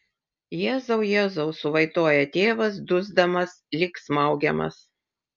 jėzau jėzau suvaitoja tėvas dusdamas lyg smaugiamas